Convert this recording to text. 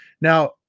Now